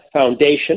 Foundation